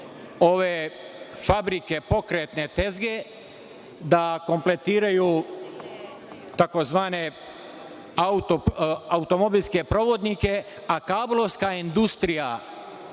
ove fabrike pokretne tezge da kompletiraju tzv. automobilske provodnike, a kablovska industrija